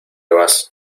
vas